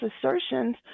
assertions